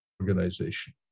organization